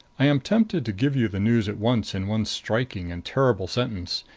i am tempted to give you the news at once in one striking and terrible sentence.